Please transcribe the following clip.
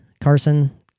Carson